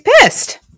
pissed